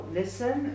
listen